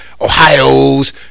Ohio's